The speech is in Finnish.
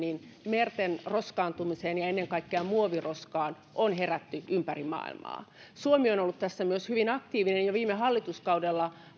merten roskaantumiseen ja ennen kaikkea muoviroskaan on herätty ympäri maailmaa suomi on on ollut tässä myös hyvin aktiivinen jo viime hallituskaudella